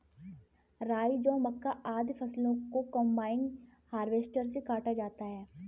राई, जौ, मक्का, आदि फसलों को कम्बाइन हार्वेसटर से काटा जाता है